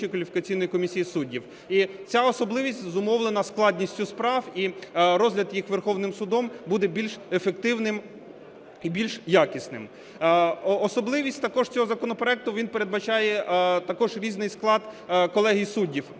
кваліфікаційної комісії суддів. І ця особливість зумовлена складністю справ, і розгляд їх Верховним Судом буде більш ефективним і більш якісним. Особливість також цього законопроекту, він передбачає також різний склад колегії суддів